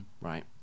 right